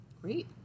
great